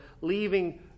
leaving